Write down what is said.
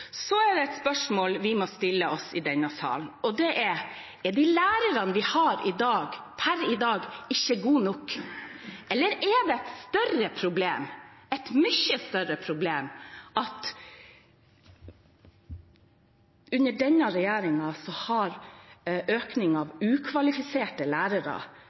er et spørsmål vi må stille oss i denne salen, og det er: Er de lærerne vi har per i dag, ikke gode nok, eller er det et større problem – et mye større problem – at under denne regjeringen har andelen ukvalifiserte lærere